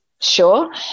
sure